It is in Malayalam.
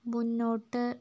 മുന്നോട്ട്